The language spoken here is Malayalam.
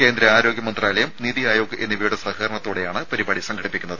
കേന്ദ്ര ആരോഗ്യ മന്ത്രാലയം നിതി ആയോഗ് എന്നിവയുടെ സഹകരണത്തോടെയാണ് പരിപാടി സംഘടിപ്പിക്കുന്നത്